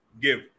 give